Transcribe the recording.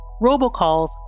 Robocalls